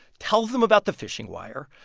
tells them about the fishing wire.